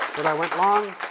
that i went long.